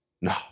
no